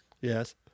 Yes